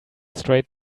straight